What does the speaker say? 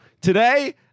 today